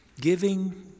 Giving